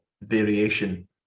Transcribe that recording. variation